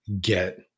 get